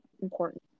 important